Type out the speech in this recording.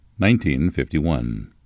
1951